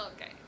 Okay